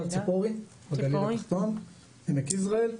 מושב ציפורי בגליל התחתון, עמק יזרעאל,